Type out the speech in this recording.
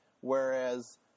whereas